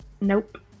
Nope